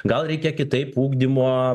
gal reikia kitaip ugdymo